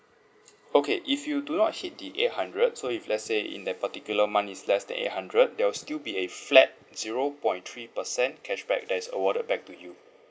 okay if you do not hit the eight hundred so if let's say in that particular month it's less than eight hundred there will still be a flat zero point three percent cashback that's awarded back to you